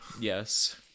Yes